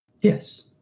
Yes